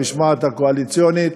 המשמעת הקואליציונית,